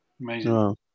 Amazing